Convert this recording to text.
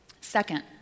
Second